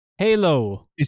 Halo